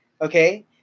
okay